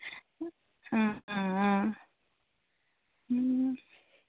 অ